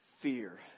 Fear